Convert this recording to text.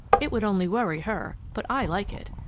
it would only worry her, but i like it.